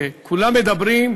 שכולם מדברים: